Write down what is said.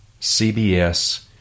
CBS